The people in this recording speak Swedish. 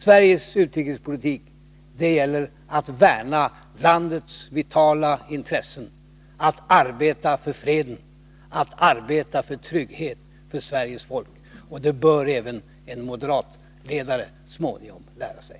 Sveriges utrikespolitik går ut på att värna landets vitala intressen, att arbeta för fred och trygghet för Sveriges folk. Det bör även en moderatledare så småningom lära sig.